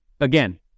again